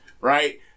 right